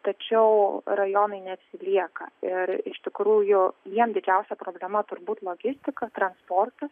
tačiau rajonai neatsilieka ir iš tikrųjų jiem didžiausia problema turbūt logistika transportas